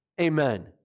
Amen